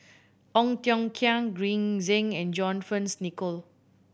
Ong Tiong Khiam Green Zeng and John Fearns Nicoll